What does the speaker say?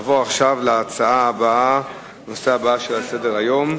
נעבור לנושא הבא שעל סדר-היום,